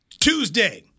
Tuesday